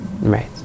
right